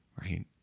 Right